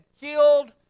killed